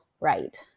right